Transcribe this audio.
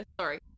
sorry